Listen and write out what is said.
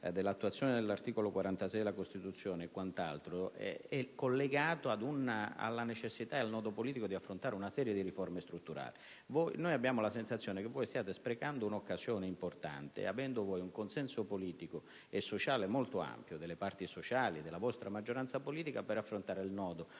dell'attuazione dell'articolo 46 della Costituzione è collegato alla necessità e al nodo politico di affrontare una serie di riforme strutturali. Abbiamo la sensazione che stiate sprecando un'occasione importante, disponendo voi di un consenso politico e sociale molto ampio delle parti sociali e della vostra maggioranza politica per affrontare il nodo